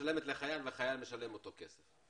שמשלם את אותו כסף,